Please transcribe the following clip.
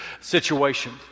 situation